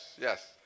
Yes